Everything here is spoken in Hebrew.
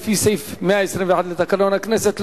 לפי סעיף 121 לתקנון הכנסת,